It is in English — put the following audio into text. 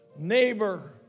Neighbor